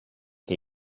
que